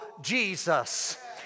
Jesus